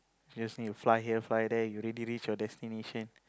just need to fly here fly there you already reach your destination